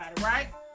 right